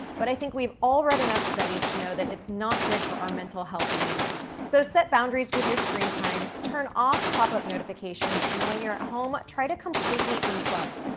but i think we've all read enough studies to know that it's not good for our mental health, either. so set boundaries with your screen time. turn off pop-up notifications, and when you're at ah home, try to completely unplug.